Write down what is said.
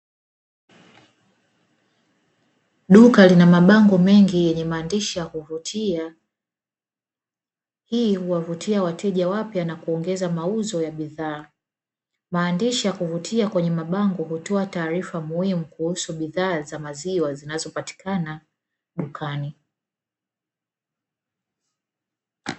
Duka lina mabango mengi yenye maandishi ya kuvutia, hii huwavutia wateja wapya na kuongeza mauzo ya bidhaa. Maandishi ya kuvutia kwenye mabango hutoa taarifa za muhimumkuhusu bidhaa za maziwa zinazopatikana dukani.